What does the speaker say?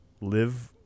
live